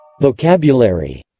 Vocabulary